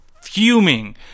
fuming